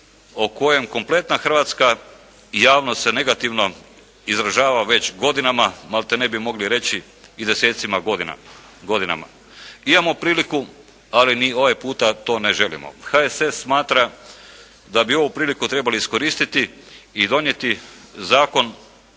o kojem kompletna hrvatska javnost se negativno izražava već godinama. Maltene bi mogli reći i desecima godina. Imamo priliku, ali ni ovaj puta to ne želimo. HSS smatra da bi ovu priliku trebali iskoristiti i donijeti zakon